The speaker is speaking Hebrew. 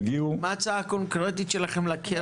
מה ההצעה הקונקרטית שלכם לקרן?